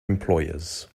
employers